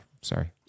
Sorry